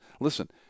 Listen